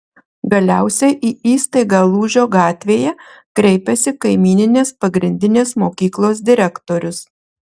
galiausiai į įstaigą lūžio gatvėje kreipiasi kaimyninės pagrindinės mokyklos direktorius